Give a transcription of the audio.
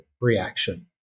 reaction